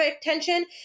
attention